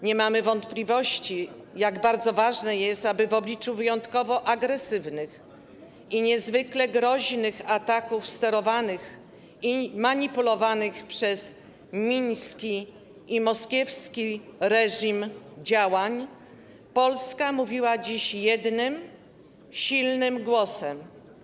Nie mamy wątpliwości, jak bardzo ważne jest, aby w obliczu wyjątkowo agresywnych i niezwykle groźnych ataków, sterowanych i manipulowanych przez miński i moskiewski reżim działań, Polska mówiła dziś jednym, silnym głosem.